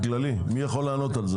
יכול לענות על זה?